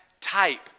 type